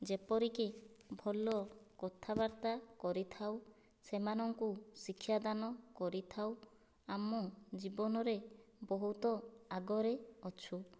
ଯେପରିକି ଭଲ କଥାବାର୍ତ୍ତା କରିଥାଉ ସେମାନଙ୍କୁ ଶିକ୍ଷାଦାନ କରିଥାଉ ଆମ ଜୀବନରେ ବହୁତ ଆଗରେ ଅଛୁ